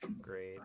great